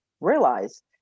realize